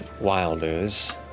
Wilders